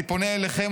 אני פונה אליכם,